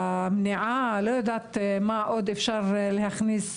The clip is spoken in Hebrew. המניעה, לא יודעת מה עוד אפשר להכניס,